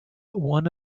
one